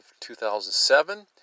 2007